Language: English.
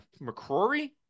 McCrory